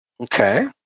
Okay